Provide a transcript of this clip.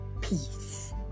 peace